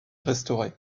restaurés